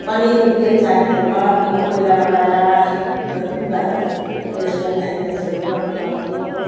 पनि उयो चाहिन्थ्यो फलामको कोइला लगाएर उयो लुगाहरू प्रेस गर्दाखेरि त्यसरी गर्नु पर्थ्यो